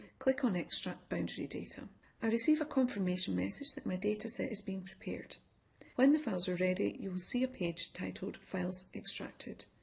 click on extract boundary data i receive a confirmation message that my data so has been prepared when the files are ready you will see a page titled files extracted.